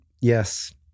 yes